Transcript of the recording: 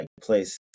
place